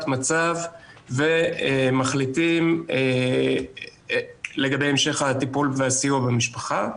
מצב ומחליטים לגבי המשך הטפול והסיוע במשפחה.